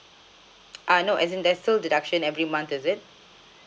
ah no as in there's still deduction every month is it